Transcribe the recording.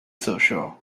sure